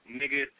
nigga